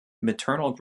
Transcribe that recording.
maternal